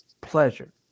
pleasure